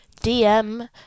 DM